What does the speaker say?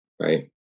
right